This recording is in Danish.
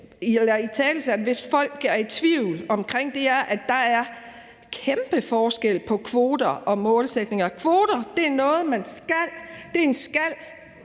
hvis folk er i tvivl om det, er, at der er en kæmpe forskel på kvoter og måltal. Kvoter er noget, man skal. Det er en